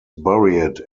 buried